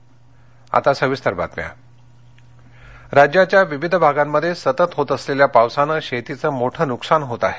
शेती नकसान राज्याच्या विविध भागांमध्ये सतत होत असलेल्या पावसाने शेतीचे मोठे नुकसान होत आहे